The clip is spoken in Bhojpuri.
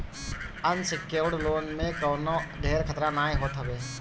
अनसिक्योर्ड लोन में कवनो ढेर खतरा नाइ होत हवे